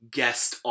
guest